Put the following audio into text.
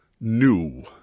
new